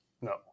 No